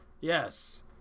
Yes